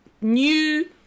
new